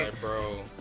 Bro